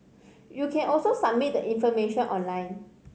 you can also submit the information online